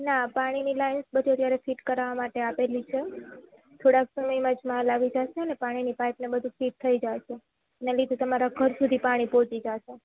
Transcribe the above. ના પાણીની લાઈન બધે ફિટ કરાવવા આપેલી છે થોડાક સમયમાં જ માલ આવી જશે અને પાણીની પાઈપને બધું ફિટ થઈ જશે એના લીધે તમારા ઘર સુધી પાણી પહોંચી જશે